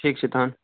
ठीक छै तखन